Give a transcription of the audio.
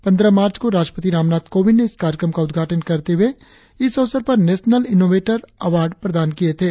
पंद्रह मार्च को राष्ट्रपति रामनाथ कोविंद ने इस कार्यक्रम को उद्घाटन करते हुए इस अवसर पर नेशनल इन्नोवेटर अवार्ड प्रदान किए थे